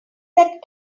that